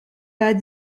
pas